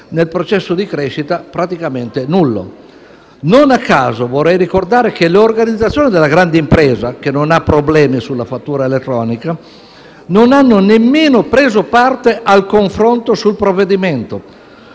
nel processo di crescita praticamente nullo. Non a caso, vorrei ricordare che le organizzazioni della grande impresa, che non ha problemi sulla fatturazione elettronica, non hanno nemmeno preso parte al confronto sul provvedimento.